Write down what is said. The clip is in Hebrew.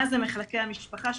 מה הם מחלקי המשפחה?